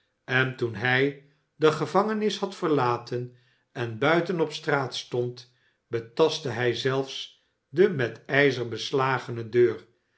en toen hij de gevangenis had verlaten en buiten op straat stond betastte hij zelfs de met ijzer beslagene deur